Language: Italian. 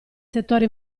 settore